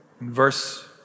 Verse